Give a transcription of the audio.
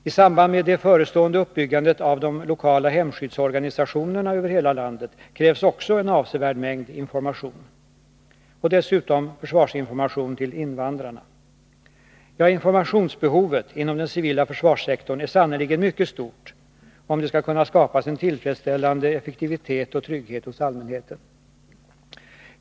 I samband med det förestående uppbyggandet av de lokala hemskyddsorganisationerna över hela landet krävs också en avsevärd mängd information och dessutom försvarsinformation till invandrarna. Ja, informationsbehovet inom den civila försvarssektorn är sannerligen mycket stort, om det skall kunna skapas en tillfredsställande effektivitet och trygghet hos allmänheten.